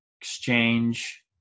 exchange